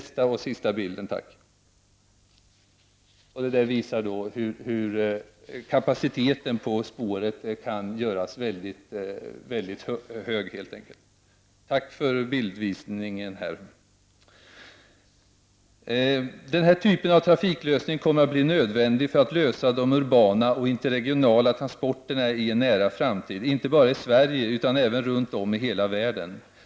Den sista bilden visar hur kapaciteten på spåret kan göras mycket hög. Denna typ av trafiklösning kommer att bli nödvändig för att klara de urbana och interregionala transporterna i en nära framtid, inte bara i Sverige utan även runt om i hela världen.